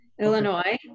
Illinois